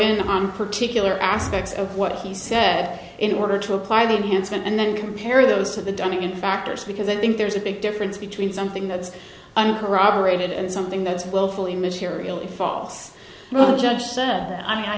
on particular aspects of what he said in order to apply the indians and then compare those to the dining in factors because i think there's a big difference between something that's uncorroborated and something that's willfully materially false the judge said i mean i